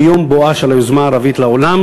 מיום בואה של היוזמה הערבית לעולם,